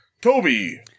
Toby